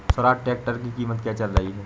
Swaraj tractor की कीमत क्या चल रही है?